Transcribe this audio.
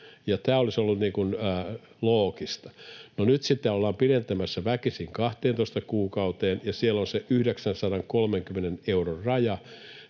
Tämä olisi ollut loogista. No nyt sitä ollaan pidentämässä väkisin 12 kuukauteen, ja siellä on se 930 euron raja.